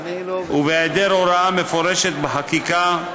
ובהיעדר הוראה מפורשת בחקיקה,